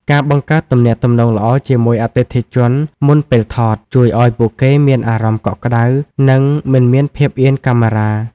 ការបង្កើតទំនាក់ទំនងល្អជាមួយអតិថិជនមុនពេលថត ជួយឱ្យពួកគេមានអារម្មណ៍កក់ក្ដៅ និងមិនមានភាពអៀនកាមេរ៉ា។